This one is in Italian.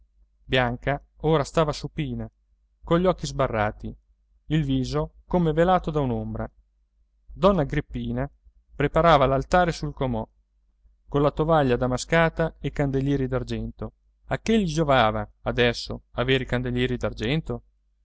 bianca ora stava supina cogli occhi sbarrati il viso come velato da un'ombra donna agrippina preparava l'altare sul comò con la tovaglia damascata e i candelieri d'argento a che gli giovava adesso avere i candelieri